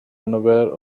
unaware